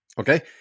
Okay